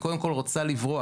היא קודם כל רוצה לברוח,